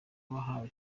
wahawe